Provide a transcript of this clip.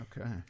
Okay